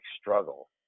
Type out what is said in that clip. struggle